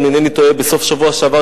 אם אינני טועה בסוף השבוע שעבר,